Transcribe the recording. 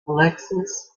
alexis